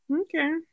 Okay